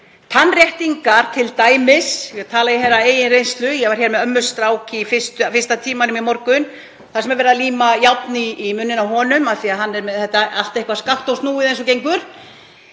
munni, tannréttingum t.d. Ég tala af eigin reynslu, ég var með ömmustrák í fyrsta tímanum í morgun. Það er verið að líma járn í munninn á honum af því að hann er með þetta allt eitthvað skakkt og snúið eins og gengur.